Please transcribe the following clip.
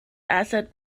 asset